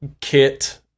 kit